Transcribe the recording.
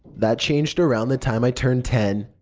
that changed around the time i turned ten.